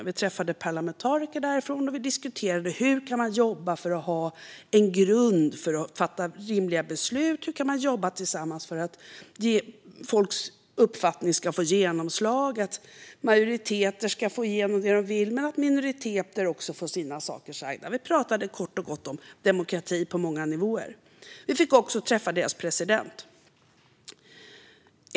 Vi träffade parlamentariker därifrån och diskuterade hur man kan jobba för att ha en grund för att fatta rimliga beslut och hur man kan jobba tillsammans för att folks uppfattning ska få genomslag och majoriteter ska få genom det som de vill men att minoriteter också ska få sina saker sagda. Vi pratade kort och gott om demokrati på många nivåer. Vi fick också träffa deras president.